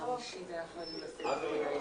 שתי מחלות רקע כלשהן.